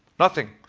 nothing.